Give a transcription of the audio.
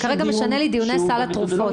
כרגע משנים לי דיוני סל התרופות.